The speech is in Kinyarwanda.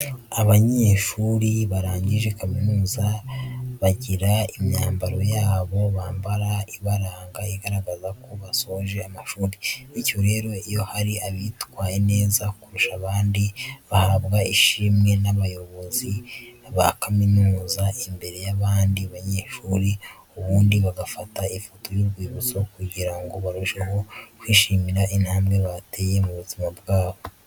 Abanyeshuri barangije kaminuza bagira imyambaro yabo bambara ibaranga igaragaza ko basoje amashuri, bityo rero iyo hari abitwaye neza kurusha abandi bahabwa ishimwe n'abayobozi ba kaminuza imbere y'abandi banyeshuri ubundi bagafata ifoto y'urwibutso kugira ngo barusheho kwishimira intambwe bateye mu buzima bwabo.